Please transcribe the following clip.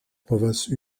provinces